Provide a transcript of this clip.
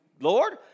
Lord